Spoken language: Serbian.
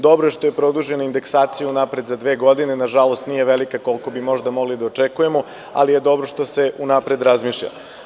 Dobro je što je produženim indeksacija unapred za dve godine, nažalost nije velika koliko bi možda mogli da očekujemo, ali je dobro što se unapred razmišlja.